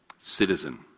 citizen